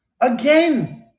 again